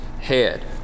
head